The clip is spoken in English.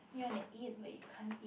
you want to eat but you can't eat